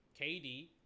KD